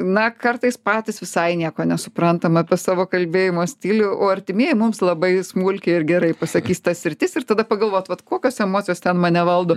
na kartais patys visai nieko nesuprantam apie savo kalbėjimo stilių o artimieji mums labai smulkiai ir gerai pasakys tas sritis ir tada pagalvot vat kokios emocijos ten mane valdo